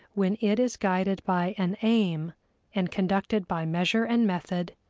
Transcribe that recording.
when it is guided by an aim and conducted by measure and method,